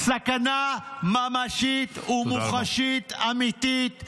סכנה ממשית ומוחשית אמיתית -- תודה רבה.